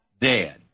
dead